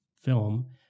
film